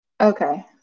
Okay